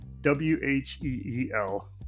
w-h-e-e-l